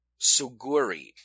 Suguri